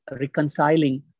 reconciling